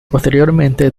posteriormente